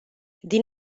din